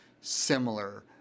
similar